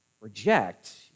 reject